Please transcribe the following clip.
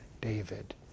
David